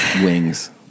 wings